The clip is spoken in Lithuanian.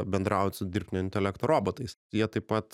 bendraut su dirbtinio intelekto robotais jie taip pat